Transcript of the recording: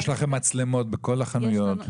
יש לכם מצלמות בכל החנויות?